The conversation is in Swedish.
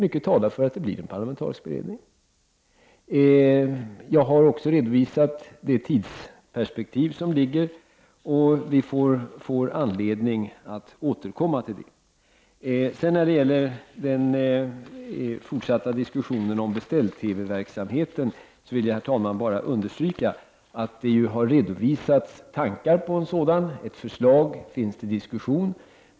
Mycket talar för att det blir en parlamentarisk beredning. Jag har också redovisat det tidsperspektiv som finns. Vi får anledning att återkomma till det. Herr talman! När det gäller den fortsatta diskussionen om beställ-TV verksamheten vill jag bara understryka att det har redovisats tankar på en sådan. Ett förslag finns för diskussion.